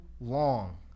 long